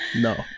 No